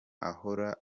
ahora